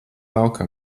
laukā